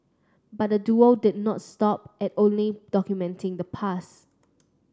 but the duo did not stop at only documenting the pass